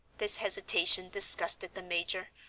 this hesitation disgusted the major,